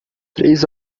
três